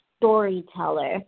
storyteller